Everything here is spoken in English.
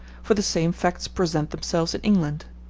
for the same facts present themselves in england.